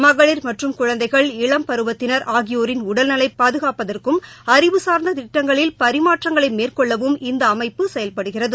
மகளிர் மற்றும் குழந்தைகள் இளம்பருவத்தினா் ஆகியோரின் உடல்நலனைபாதுகாப்பதற்கும் அறிவு சார்ந்ததிட்டங்களில் பரிமாற்றங்களைமேற்கொள்ளவும் இந்தஅமைப்பு செயல்படுகிறது